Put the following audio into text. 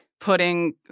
putting